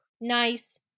nice